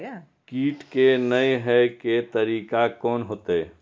कीट के ने हे के तरीका कोन होते?